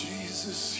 Jesus